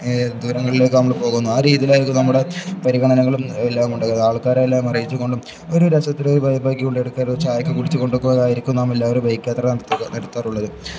ദൂരങ്ങളിലേക്ക് നമ്മള് പോകുന്നു ആ രീതിയിലേക്കു നമ്മുടെ പരിഗണനകളും എല്ലാം ആൾക്കാരെല്ലാം അറിയിച്ചുകൊണ്ടും ഒരു രസത്തില് ബൈക്കില് കൊണ്ടുപോയിട്ട് ഒരു ചായയൊക്കെ കുടിച്ചുകൊണ്ടൊക്കെ ആയിരിക്കും നാമെല്ലാവരും ബൈക്ക് യാത്ര നടത്താറുള്ളത്